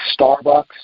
Starbucks